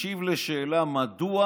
משיב על השאלה מדוע